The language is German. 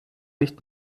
nicht